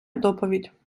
доповідь